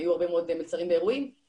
השאלה אם אתם בכלל בכיוון הזה של לבדוק,